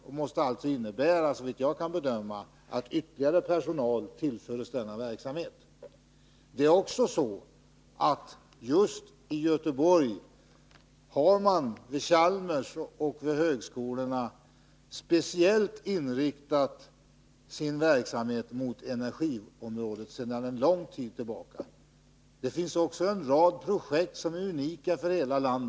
Det måste, såvitt jag kan bedöma, innebära att ytterligare personal tillförs denna verksamhet. Det är också så att man just i Göteborg vid Chalmers och de övriga högskolorna sedan en lång tid tillbaka speciellt har inriktat sin verksamhet på energiområdet. Det finns också där en rad projekt på energiområdet som är unika för hela landet.